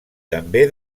també